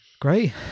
great